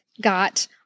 got